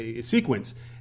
sequence